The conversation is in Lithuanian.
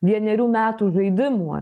vienerių metų žaidimų